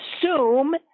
assume